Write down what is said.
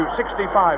65